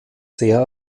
sehr